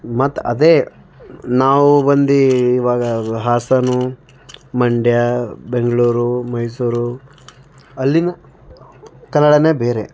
ಮತ್ತು ಅದೇ ನಾವು ಬಂದು ಇವಾಗ ಹಾಸನು ಮಂಡ್ಯ ಬೆಂಗಳೂರು ಮೈಸೂರು ಅಲ್ಲಿನ ಕನ್ನಡವೇ ಬೇರೆ